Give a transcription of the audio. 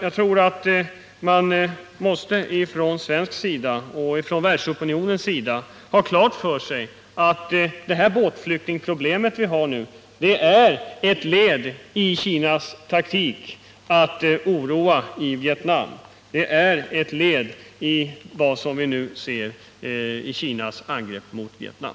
Jag tror att man från svensk sida och från världsopinionens sida måste ha klart för sig att det båtflyktingsproblem vi nu har är ett led i Kinas taktik att oroa i Vietnam. Det är err led i Kinas angrepp mot Vietnam.